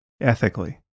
ethically